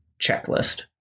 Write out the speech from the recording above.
checklist